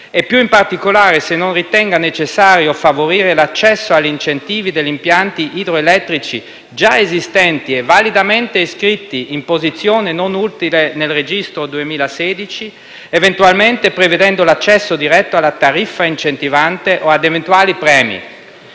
e, più in particolare, se non ritenga necessario favorire l'accesso agli incentivi degli impianti idroelettrici già esistenti e validamente iscritti in posizione non utile nel Registro 2016, eventualmente prevedendo l'accesso diretto alla tariffa incentivante o a eventuali premi.